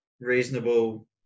reasonable